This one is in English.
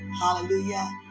Hallelujah